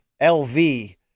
LV